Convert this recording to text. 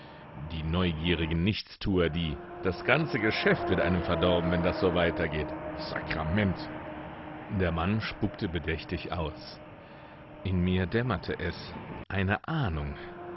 die neugierigen nichtstuer die das ganze geschäft wird einem verdorben wenn das so weitergeht sakrament der mann spuckte bedächtig aus in mir dämmerte es eine ahnung